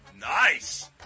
Nice